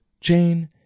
Jane